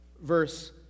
verse